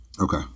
Okay